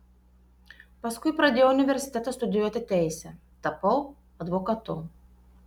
paskui pradėjau universitete studijuoti teisę tapau advokatu